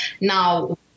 Now